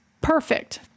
perfect